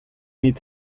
hitz